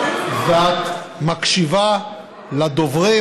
ואת מקשיבה לדוברים.